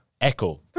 echo